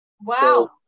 Wow